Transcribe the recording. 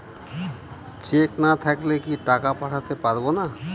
Check না থাকলে কি টাকা পাঠাতে পারবো না?